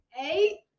Eight